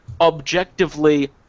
objectively